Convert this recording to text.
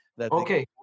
Okay